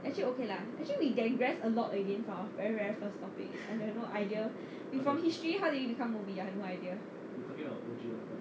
actually okay lah actually we digress a lot again from our very very first topic I have no idea we from history how did it become movie I have no idea